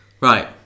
Right